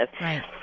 Right